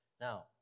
Now